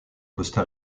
costa